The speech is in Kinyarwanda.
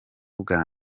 bwa